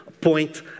point